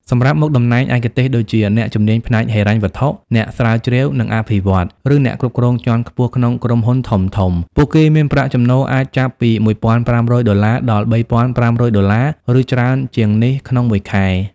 សម្រាប់មុខតំណែងឯកទេសដូចជា អ្នកជំនាញផ្នែកហិរញ្ញវត្ថុ អ្នកស្រាវជ្រាវ និងអភិវឌ្ឍន៍ ឬអ្នកគ្រប់គ្រងជាន់ខ្ពស់ក្នុងក្រុមហ៊ុនធំៗ ពួកគេមានប្រាក់ចំណូលអាចចាប់ពី ១,៥០០ ដុល្លារ ដល់ ៣,៥០០ ដុល្លារ ឬច្រើនជាងនេះ ក្នុងមួយខែ។